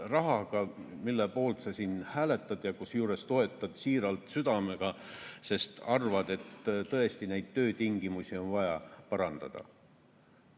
rahaga, mille poolt sa siin hääletad, kusjuures sa toetad siiralt ja südamega, sest arvad, et tõesti on neid töötingimusi vaja parandada.